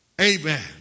amen